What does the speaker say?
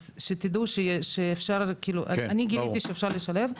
אז אני גיליתי שאפשר לשלב.